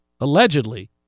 allegedly